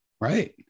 Right